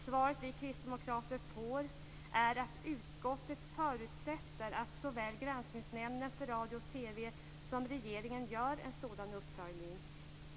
Svaret vi kristdemokrater får är att utskottet förutsätter att såväl Granskningsnämnden för radio och TV som regeringen gör en sådan uppföljning.